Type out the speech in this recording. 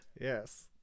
Yes